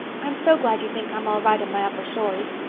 i'm so glad you think i'm all right in my upper story.